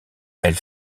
elle